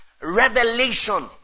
revelation